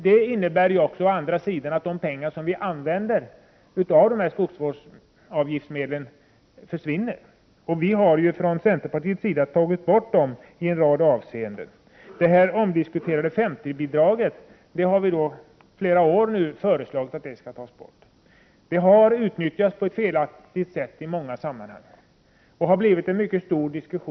Det innebär å andra sidan att den del av skogsvårdsavgiftsmedlen som används till bidrag av olika slag försvinner. Från centerns sida har vi velat ta bort en rad sådana bidrag. Vi har sedan flera år tillbaka föreslagit att det omdiskuterade 5:3-bidraget skall avskaffas. Det har i många sammanhang utnyttjats på ett felaktigt sätt, och det har blivit mycket omdiskuterat.